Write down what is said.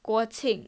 国庆